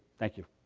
thank you.